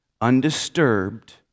undisturbed